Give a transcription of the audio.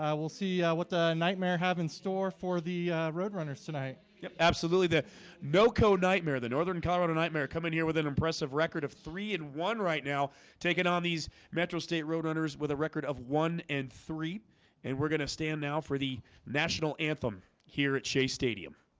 we'll see what the nightmare have in store for the road runners tonight yeah absolutely the noco nightmare the northern colorado nightmare come in here with an impressive record of three and one right now taking on these metro state road owners with a record of one and three and we're gonna stand now for the national anthem here at shea stadium